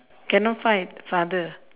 cannot fight father